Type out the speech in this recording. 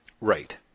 Right